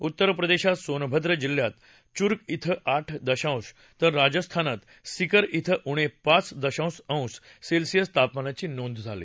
उत्तर प्रदेशात सोनभद्र जिल्ह्यात चुर्क श्व आठ दशांश तर राजस्थानात सिकर श्व उणे पाच दशांश अंश सेल्सियस तापमानाची नोंद झाली